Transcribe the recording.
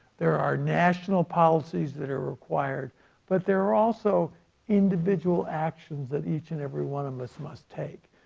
there are national policies that are required but there are also individual actions that each and everyone of us must take.